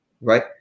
Right